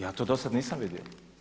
Ja to do sada nisam vidio.